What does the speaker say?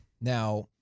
Now